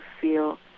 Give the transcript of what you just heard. feel